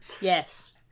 Yes